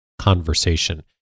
conversation